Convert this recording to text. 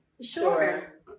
Sure